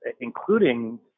including